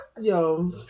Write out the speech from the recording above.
Yo